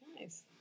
nice